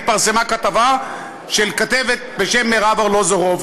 התפרסמה כתבה של כתבת בשם מרב ארלוזורוב,